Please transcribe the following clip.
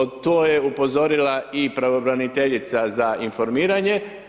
Na to je upozorila i pravobraniteljica za informiranje.